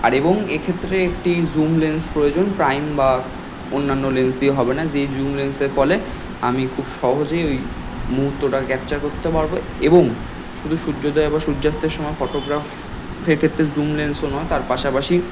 আর এবং এ ক্ষেত্রে একটি জুম লেন্স প্রয়োজন প্রাইম বা অন্যান্য লেন্স দিয়ে হবে না যে জুম লেন্সের ফলে আমি খুব সহজেই ওই মুহুর্তটা ক্যাপচার করতে পারবো এবং শুধু সূর্যোদয় এবং সূর্যাস্তের সময় ফটোগ্রাফ সে ক্ষেত্রে জুম লেন্সও নয় তার পাশাপাশি